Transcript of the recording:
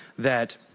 that